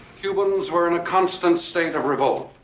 cubans were in a constant state of revolt.